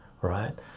right